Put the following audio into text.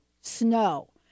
snow